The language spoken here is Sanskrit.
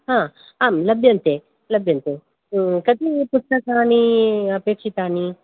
हा आम् लभ्यन्ते लभ्यन्ते कति पुस्तकानि अपेक्षितानि